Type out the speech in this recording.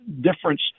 difference –